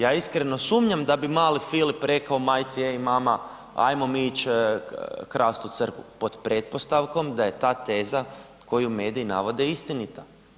Ja iskreno sumnjam da bi mali Filip rekao majci, ej mama ajmo mi ići krast u crkvu, pod pretpostavkom da je ta teza koju mediji navode istinita.